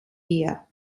year